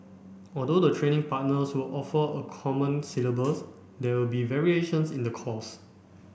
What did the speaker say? although the training partners will offer a common syllabus there will be variations in the course